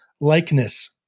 likeness